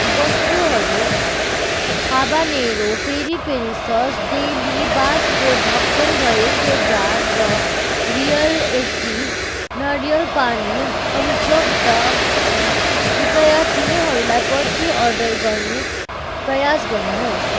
वस्तुहरू habanero peri peri sauce deli बाँसको ढक्कन भएको जार र रियल एक्टिभ नरिवल पानी अनुपलब्ध छन् कृपया तिनीहरूलाई पछि अर्डर गर्ने प्रयास गर्नुहोस्